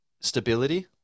stability